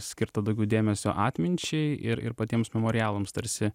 skirta daugiau dėmesio atminčiai ir ir patiems memorialams tarsi